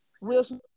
Wilson